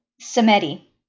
Samedi